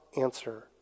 answer